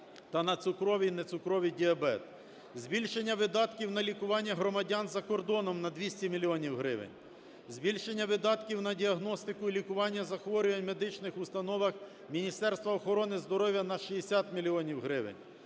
та на цукровий і нецукровий діабет; збільшення видатків на лікування громадян за кордоном на 200 мільйонів гривень; збільшення видатків на діагностику і лікування захворювань в медичних установах Міністерства охорони здоров'я на 60 мільйонів